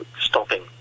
stopping